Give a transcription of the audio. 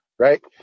Right